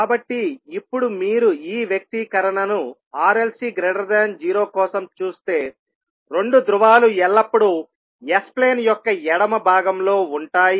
కాబట్టి ఇప్పుడు మీరు ఈ వ్యక్తీకరణను r l c0 కోసం చూస్తే రెండు ధ్రువాలు ఎల్లప్పుడూ S ప్లేన్ యొక్క ఎడమ భాగంలో ఉంటాయి